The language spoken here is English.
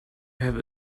have